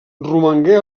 romangué